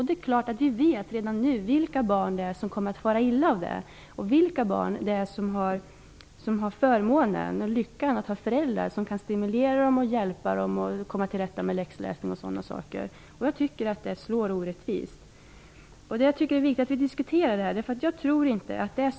Det är klart att vi redan nu vet vilka barn som kommer att fara illa av det här och vilka barn som har förmånen och lyckan att ha föräldrar som kan stimulera dem och hjälpa dem att komma till rätta med läxläsning och sådana saker. Det slår orättvist. Det är viktigt att vi diskuterar det här.